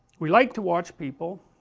we like to watch people,